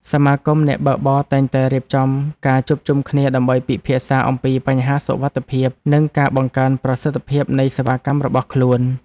សមាគមអ្នកបើកបរតែងតែរៀបចំការជួបជុំគ្នាដើម្បីពិភាក្សាអំពីបញ្ហាសុវត្ថិភាពនិងការបង្កើនប្រសិទ្ធភាពនៃសេវាកម្មរបស់ខ្លួន។